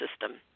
system